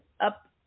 up